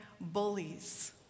bullies